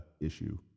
issue